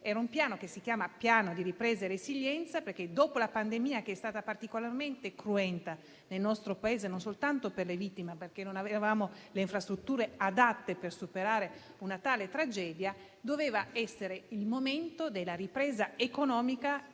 Era un piano che si chiama Piano di ripresa e resilienza, perché dopo la pandemia, che è stata particolarmente cruenta nel nostro Paese, non soltanto per le vittime, ma perché non avevamo le infrastrutture adatte per superare una tale tragedia, doveva essere il momento della ripresa economica e